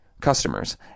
customers